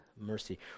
mercy